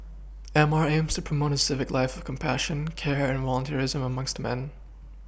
M R aims to promote a civic life of compassion care and volunteerism amongst man